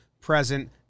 present